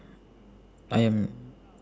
ayam